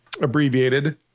abbreviated